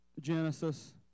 Genesis